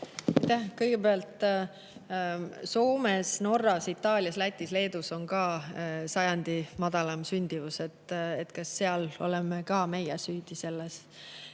Kõigepealt: ka Soomes, Norras, Itaalias, Lätis ja Leedus on sajandi madalaim sündimus. Kas selles oleme ka meie süüdi? Selles